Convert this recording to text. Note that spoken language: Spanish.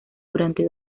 durante